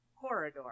corridor